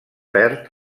perd